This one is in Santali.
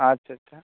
ᱟᱪᱪᱷᱟ ᱪᱷᱟ